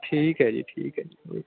ਠੀਕ ਹੈ ਜੀ ਠੀਕ ਹੈ ਜੀ ਓਕੇ